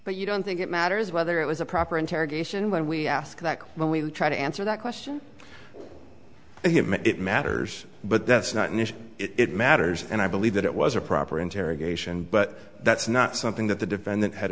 but you don't think it matters whether it was a proper interrogation when we ask that when we try to answer that question it matters but that's not an issue it matters and i believe that it was a proper interrogation but that's not something that the defendant had